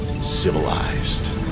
Civilized